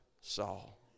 Saul